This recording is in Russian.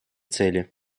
цели